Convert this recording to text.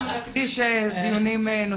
אנחנו נקדיש דיונים נוספים לנושא.